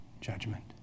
judgment